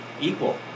equal